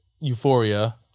Euphoria